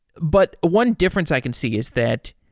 but one difference i can see is that,